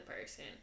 person